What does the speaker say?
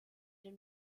den